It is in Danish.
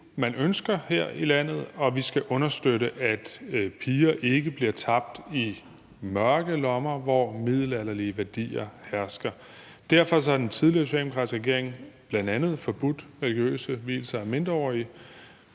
man ønsker her i landet, og vi skal understøtte, at piger ikke bliver tabt i mørke lommer af samfundet, hvor middelalderlige værdier hersker. Derfor har den tidligere socialdemokratiske regering bl.a. forbudt religiøse vielser af mindreårige,